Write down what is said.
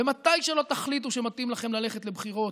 ומתי שלא תחליטו שמתאים לכם ללכת לבחירות,